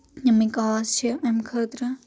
یِمے کاز چھِ امہِ خٲطرٕ